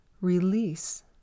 release